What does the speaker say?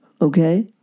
okay